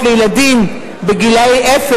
באופוזיציה לא אוהבים את שר החוץ,